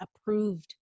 approved